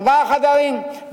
ארבעה חדרים,